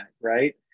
right